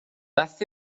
beth